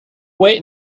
wait